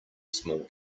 small